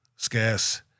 scarce